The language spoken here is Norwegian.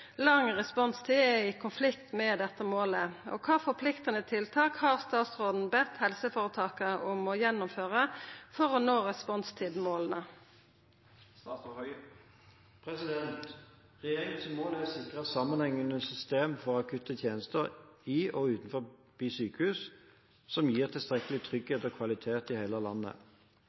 Lang responstid er i konflikt med dette målet. Hvilke forpliktende tiltak har statsråden bedt helseforetakene om å gjennomføre for å nå responstidsmålene?» Regjeringens mål er å sikre sammenhengende system for akutte tjenester i og utenfor sykehus som gir tilstrekkelig trygghet og kvalitet i hele landet.